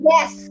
Yes